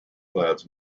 clouds